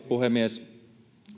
puhemies